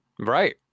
Right